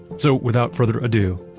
so without further ado,